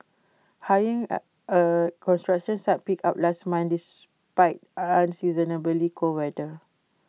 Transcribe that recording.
hiring at construction sites picked up last month despite unseasonably cold weather